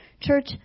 Church